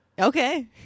Okay